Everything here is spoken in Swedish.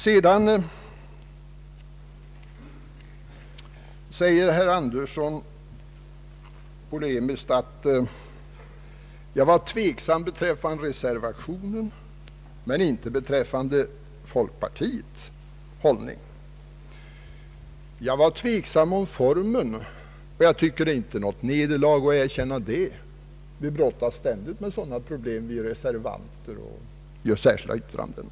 Sedan säger herr Andersson polemiskt att jag var tveksam beträffande reservationen men inte beträffande folkpartiets hållning. Jag var tveksam om formen, och det tycker jag inte är något nederlag att erkänna. Som reservant brottas man ständigt med sådana problem och man avger särskilda yttranden.